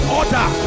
order